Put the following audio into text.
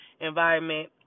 environment